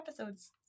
episodes